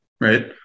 right